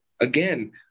again